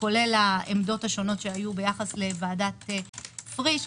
כולל העמדות השונות שהיו ביחס לוועדת פריש,